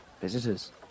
visitors